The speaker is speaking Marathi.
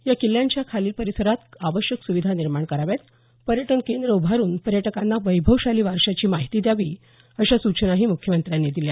या किल्ल्यांच्या खालील परिसरात आवश्यक सुविधा निर्माण कराव्यात पर्यटन केंद्र उभारून पर्यटकांना वैभवशाली वारशाची माहिती द्यावी अशा सूचनाही मुख्यमंत्र्यांनी दिल्या